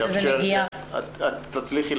לדעתי את תצליחי